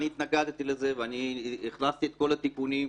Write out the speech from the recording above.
ואני התנגדתי לזה ואני הכנסתי את כל התיקונים.